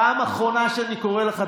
פעם אחרונה שאני קורא לך,